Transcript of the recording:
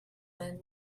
man